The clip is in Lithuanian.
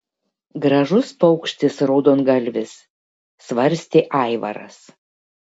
gražus paukštis raudongalvis svarstė aivaras